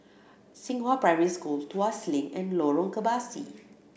Xinghua Primary School Tuas Link and Lorong Kebasi